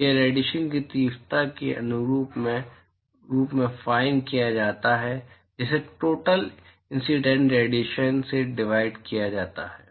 या रेडिएशन की तीव्रता के अनुपात के रूप में फाइन किया जाता है जिसे टोटल इंसीडेंट रेडिएशन से डिवाइड किया जाता है